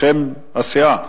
בשם הסיעה.